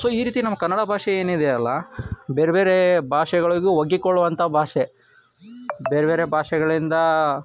so ಈ ರೀತಿ ನಮಗೆ ಕನ್ನಡ ಭಾಷೆ ಏನಿದೆ ಅಲ್ಲ ಬೇರೆ ಬೇರೆ ಭಾಷೆಗಳಿಗೂ ಒಗ್ಗಿಕೊಳ್ಳುವಂಥ ಭಾಷೆ ಬೇರೆ ಬೇರೆ ಭಾಷೆಗಳಿಂದ